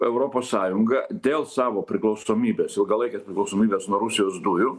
europos sąjunga dėl savo priklausomybės ilgalaikės priklausomybės nuo rusijos dujų